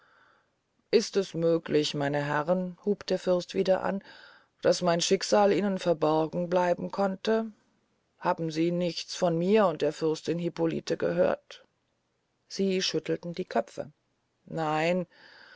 ist es möglich meine herren hub der fürst wieder an daß mein schicksal ihnen verborgen bleiben konnte haben sie nichts von mir und der fürstin hippolite gehört sie schüttelten die köpfe nicht